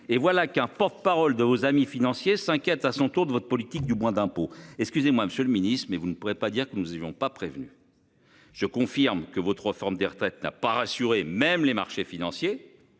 et voilà qu'un porte-parole de vos amis financiers s'inquiète à son tour de votre politique du moins d'impôts. Excusez-moi monsieur le Ministre, mais vous ne pourrez pas dire que nous, ils vont pas prévenu. Je confirme que votre réforme des retraites n'a pas rassuré. Même les marchés financiers.